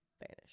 vanish